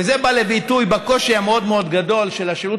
וזה בא לידי ביטוי בקושי המאוד-גדול של השירות